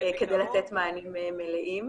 כדי לתת מענים מלאים.